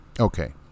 Okay